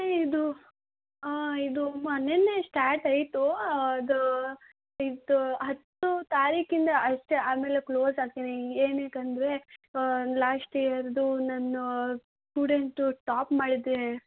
ಇದು ಇದು ಮೊನ್ನೆಯೇ ಶ್ಟಾಟ್ ಆಯ್ತು ಅದು ಇದು ಹತ್ತು ತಾರೀಕಿಂದ ಅಷ್ಟೇ ಆಮೇಲೆ ಕ್ಲೋಸ್ ಆಗ್ತೀನಿ ಏನಕ್ಕಂದ್ರೆ ಲಾಶ್ಟ್ ಇಯರ್ದು ನನ್ನ ಸ್ಟೂಡೆಂಟು ಟಾಪ್ ಮಾಡಿದ್ದ